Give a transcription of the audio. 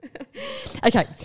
Okay